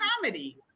comedy